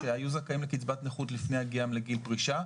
לאזרחים הוותיקים שהיו זכאים לקצבת נכות לפני הגיעם לגיל פרישה,